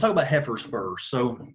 talk about heifers first so